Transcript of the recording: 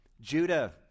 Judah